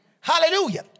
hallelujah